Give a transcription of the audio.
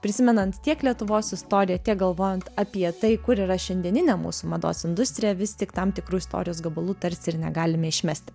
prisimenant tiek lietuvos istoriją tiek galvojant apie tai kur yra šiandieninė mūsų mados industrija vis tik tam tikrų istorijos gabalų tarsi ir negalime išmesti